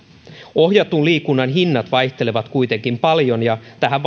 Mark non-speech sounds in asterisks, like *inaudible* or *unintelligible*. ohjatun liikunnan hinnat vaihtelevat kuitenkin paljon ja tähän *unintelligible*